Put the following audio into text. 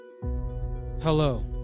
Hello